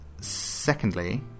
Secondly